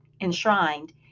enshrined